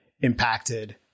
impacted